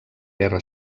guerra